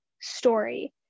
story